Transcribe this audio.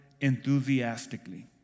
enthusiastically